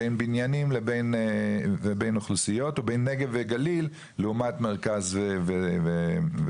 בין בניינים לבין אוכלוסיות ובין נגב וגליל לעומת מרכז וירושלים.